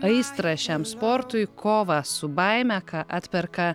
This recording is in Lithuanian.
aistrą šiam sportui kovą su baime ką atperka